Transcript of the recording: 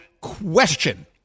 question